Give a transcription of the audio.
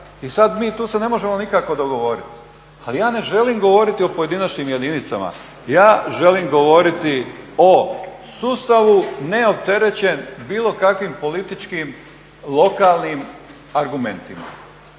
I sada se mi tu ne možemo nikako dogovoriti. Ali ja ne želim govoriti o pojedinačnim jedinicama, ja želim govoriti o sustavu neopterećen bilo kakvim političkim, lokalnim argumentima,